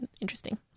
interesting